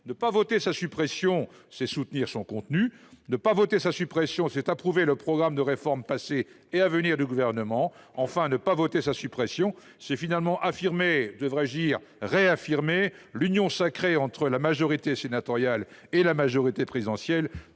Ne pas voter sa suppression, c’est soutenir son contenu. Ne pas voter sa suppression, c’est approuver le programme de réformes passées et à venir du Gouvernement. Enfin, ne pas voter sa suppression, c’est finalement affirmer – je devrais dire « réaffirmer »– l’union sacrée entre la majorité sénatoriale et la majorité présidentielle